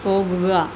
പോകുക